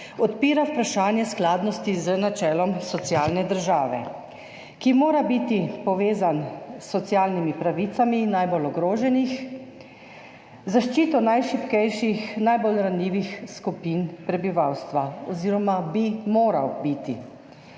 odpira vprašanje skladnosti z načelom socialne države, ki mora biti povezano s socialnimi pravicami najbolj ogroženih, zaščito najšibkejših, najbolj ranljivih skupin prebivalstva, oziroma bi moralo biti.